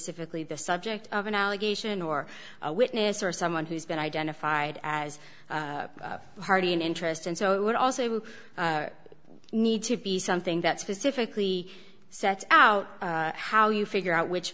specifically this subject of an allegation or a witness or someone who's been identified as hearty an interest and so it would also need to be something that specifically set out how you figure out which